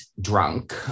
drunk